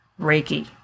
Reiki